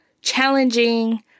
challenging